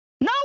No